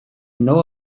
know